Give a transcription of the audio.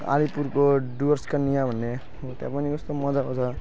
अलिपुरको डुवर्स कन्या भन्ने हो त्यहाँ पनि कस्तो मजाको छ